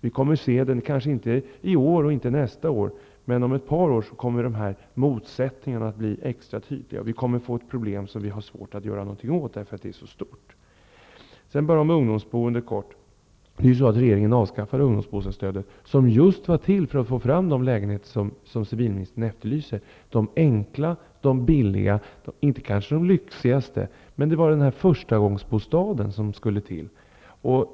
Vi kommer kanske inte att se det i år eller nästa år, men om ett par år kommer motsättningarna att bli mycket tydliga. Vi får ett problem som det är svårt att göra någonting åt därför att det är så stort. Helt kort något om ungdomsboendet. Regeringen avskaffar ungdomsbostadsstödet, som just var till för att få fram de lägenheter som civilministern efterlyser -- de enkla, billiga, men kanske inte de lyxigaste. Det var förstagångsbostaden man ville få fram.